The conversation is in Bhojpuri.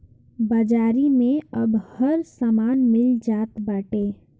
बाजारी में अब हर समान मिल जात बाटे